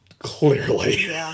Clearly